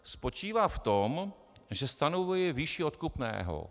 Spočívá v tom, že stanovuje výši odkupného.